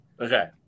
Okay